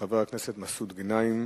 חבר הכנסת מסעוד גנאים,